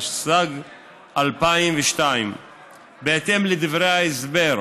התשס"ג 2002. בהתאם לדברי ההסבר,